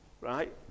right